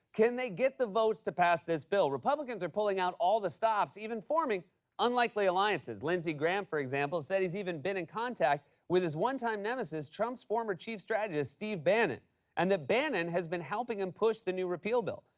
can they get the votes to pass this bill? republicans are pulling out all the stops, even forming unlikely alliances. lindsey graham, for example, said he's even been in contact with his one-time nemesis, trump's former chief strategist, steve bannon and that bannon has been helping him push the new repeal bill.